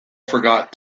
forgot